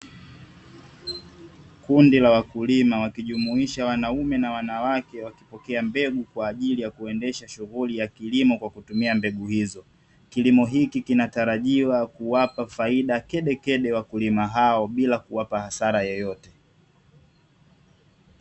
Kundi la wakulima, wakijumuisha wanaume na wanawake wakipokea mbegu kwa ajili ya kuendesha shughuli ya kilimo kwa kutumia mbegu hizo. Kilimo hiki kinatarajiwa kuwapa faida kedekede wakulima hao bila ya kuwapa hasara yoyote.